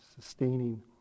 sustaining